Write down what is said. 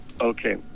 okay